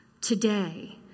today